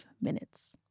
minutes